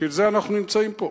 בשביל זה אנחנו נמצאים פה.